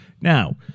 Now